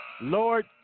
Lord